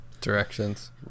directions